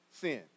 sin